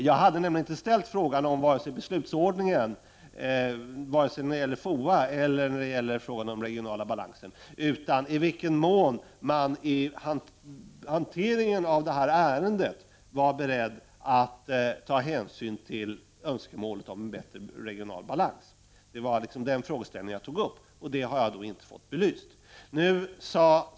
Jag hade nämligen inte ställt någon fråga om beslutsordningen vare sig när det gäller FOA eller när det gäller den regionala balansen. Frågan gällde i vilken mån man i hanteringen av detta ärende var beredd att ta hänsyn till önskemålet om en bättre regional balans. Det var den frågeställningen jag tog upp, och den har jag inte fått belyst.